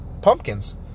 pumpkins